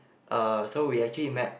uh so we actually met